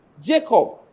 Jacob